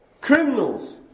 Criminals